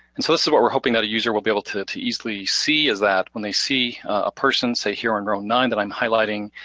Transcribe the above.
and so this is what we're hoping that a user will be able to to easily see is that when they see a person, say here on row nine that i'm highlighting,